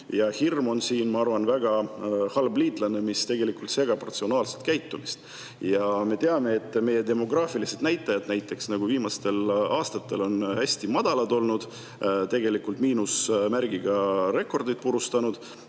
Ja hirm on siin, ma arvan, väga halb liitlane, mis tegelikult segab ratsionaalset käitumist. Ja me teame, et meie demograafilised näitajad on viimastel aastatel hästi madalad olnud, oleme tegelikult miinusmärgiga rekordeid purustanud.